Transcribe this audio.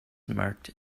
marked